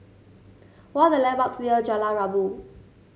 what are the landmarks near Jalan Rabu